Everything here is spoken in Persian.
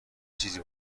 چیزی